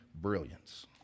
brilliance